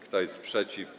Kto jest przeciw?